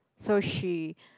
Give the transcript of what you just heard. so she